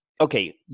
okay